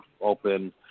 open